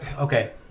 okay